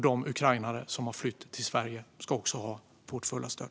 De ukrainare som har flytt till Sverige ska också ha vårt fulla stöd.